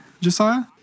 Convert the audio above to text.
Josiah